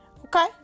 Okay